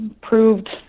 proved